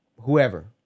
whoever